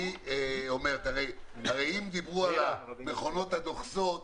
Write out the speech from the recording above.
הרי אם דיברו על המכונות הדוחסות,